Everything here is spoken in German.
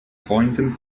freunden